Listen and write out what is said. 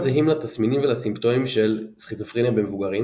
זהים לתסמינים ולסימפטומים של סכיזופרניה במבוגרים